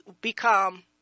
become